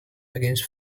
against